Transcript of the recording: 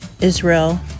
Israel